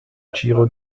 giro